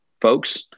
folks